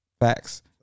Facts